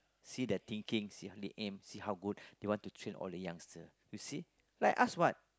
see their thinkings see how they aim see how good they want to train all the youngster you see like us what